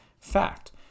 fact